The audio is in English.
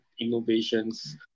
innovations